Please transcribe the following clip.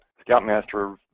Scoutmaster